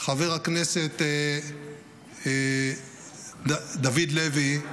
שחבר הכנסת דוד לוי,